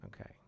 Okay